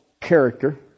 character